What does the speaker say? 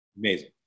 Amazing